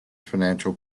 financial